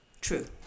True